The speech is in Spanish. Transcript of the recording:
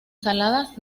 saladas